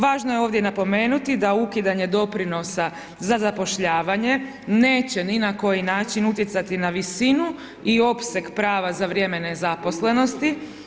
Važno je ovdje napomenuti da ukidanje doprinosa za zapošljavanje neće ni na koji način utjecati na visinu i opseg prava za vrijeme nezaposlenosti.